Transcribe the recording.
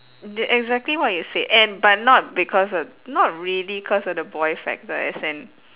the exactly what you said and but not because of not really cause of the boy factor as and